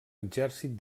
exèrcit